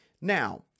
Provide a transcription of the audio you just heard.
Now